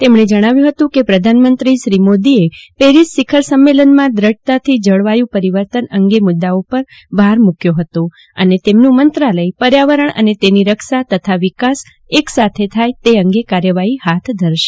તેમણે જણાવ્યુ ફતું કે પ્રધાનમંત્રી શ્રી મોદીએ પેરિસ શિખર સંમેલમાં દઢતાથી જળવાયુ પરિવર્તન અંગે મુદાઓ પર ભાર મુકવામાં આવશે અને તેમનું મંત્રાલય પર્યાવરણ અને તેની રક્ષા તથા વિકાસ એક સાથે થાય તે અંગે કાર્યવાફી હાથ ધરશે